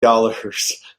dollars